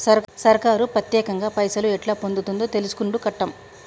సర్కారు పత్యేకంగా పైసలు ఎట్లా పొందుతుందో తెలుసుకునుడు కట్టం